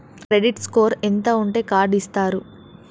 Credit score ఎంత ఉంటే card ఇస్తారు?